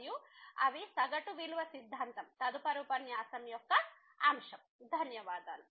మరియు అవి మధ్యస్థ విలువ సిద్ధాంతం తదుపరి ఉపన్యాసం యొక్క అంశం